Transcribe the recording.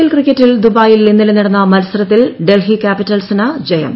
L ക്രിക്കറ്റിൽ ദുബായിൽ ഇ്ന്നൂലെ നടന്ന മത്സരത്തിൽ ഡൽഹി ക്യാപിറ്റൽസിന് ജയം